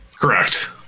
correct